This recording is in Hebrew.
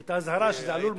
את האזהרה שזה עלול מחר,